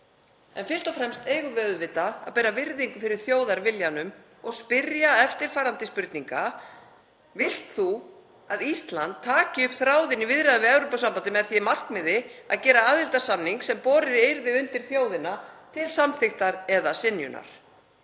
En fyrst og fremst eigum við auðvitað að bera virðingu fyrir þjóðarviljanum og spyrja eftirfarandi spurningar: Vilt þú að Ísland taki upp þráðinn í viðræðum við Evrópusambandið með því markmiði að gera aðildarsamning sem borinn yrði undir þjóðina til samþykktar eða synjunar?